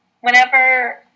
Whenever